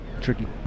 tricky